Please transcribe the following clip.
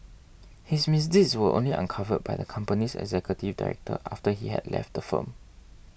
his misdeeds were only uncovered by the company's executive director after he had left firm